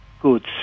goods